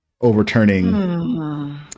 overturning